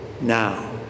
now